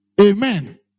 Amen